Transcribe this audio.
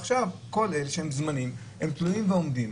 עכשיו כל אלה שהם זמניים, הם תלויים ועומדים